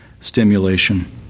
stimulation